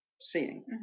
seeing